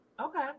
Okay